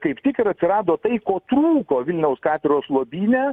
kaip tik ir atsirado tai ko trūko vilniaus katedros lobyne